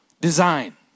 design